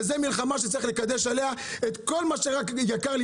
זו מלחמה שצריך לקדש עליה את כל מה שרק יקר לי